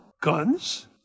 Guns